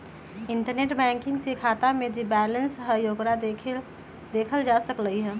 internet banking से खाता में जे बैलेंस हई ओकरा देखल जा सकलई ह